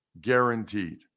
Guaranteed